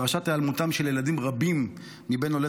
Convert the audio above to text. פרשת היעלמותם של ילדים רבים מבין עולי